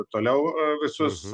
toliau visus